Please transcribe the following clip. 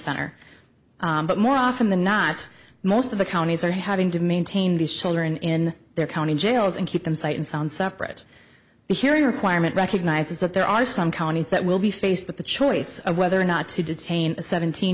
center but more often than not most of the counties are having to maintain these children in their county jails and keep them sight and sound separate the hearing requirement recognizes that there are some counties that will be faced with the choice of whether or not to detain a seventeen